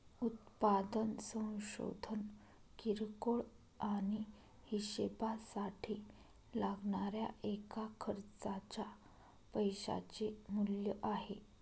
उत्पादन संशोधन किरकोळ आणि हीशेबासाठी लागणाऱ्या एका खर्चाच्या पैशाचे मूल्य आहे